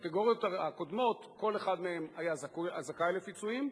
בקטגוריות הקודמות כל אחד מהם היה זכאי לפיצויים,